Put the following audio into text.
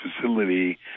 facility